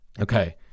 Okay